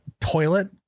toilet